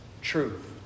truth